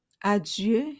Adieu